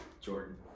Jordan